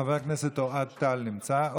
חבר הכנסת אוהד טל נמצא?